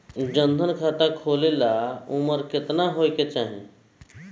जन धन खाता खोले ला उमर केतना होए के चाही?